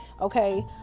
okay